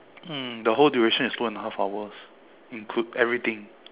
mm the whole duration is two and a half hours include everything